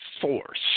force